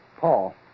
Paul